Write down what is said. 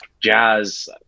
jazz